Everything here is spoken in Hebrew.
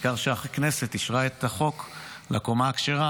העיקר שהכנסת אישרה את החוק לקומה הכשרה.